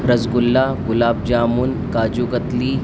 rasgulla gulab jamun kaju katli